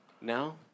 now